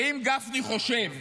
ואם גפני חושב